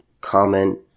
comment